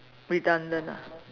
redundant ah